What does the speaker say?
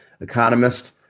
economist